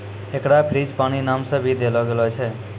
एकरा फ़्रेंजीपानी नाम भी देलो गेलो छै